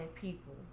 people